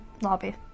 lobby